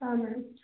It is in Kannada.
ಹಾಂ ಮ್ಯಾಮ್